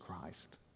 Christ